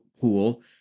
pool